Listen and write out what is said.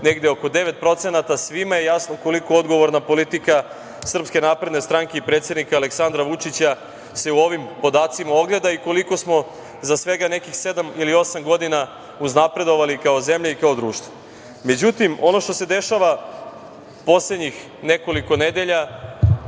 negde oko 9%, svima je jasno koliko odgovorna politika SNS i predsednika Aleksandra Vučića se u ovim podacima ogleda i koliko smo za svega nekih sedam ili osam godina uznapredovali kao zemlja i kao društvo.Međutim, ono što se dešava poslednjih nekoliko nedelja,